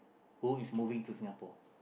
who is moving to Singapore